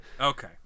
okay